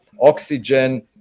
oxygen